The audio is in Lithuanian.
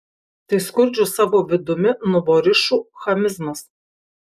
tai skurdžių savo vidumi nuvorišų chamizmas